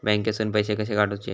बँकेतून पैसे कसे काढूचे?